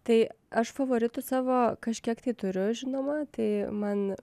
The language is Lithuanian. tai aš favoritų savo kažkiek tai turiu žinoma tai man